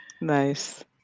Nice